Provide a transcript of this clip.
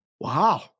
Wow